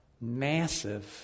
massive